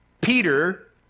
Peter